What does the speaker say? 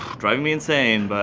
driving me insane, but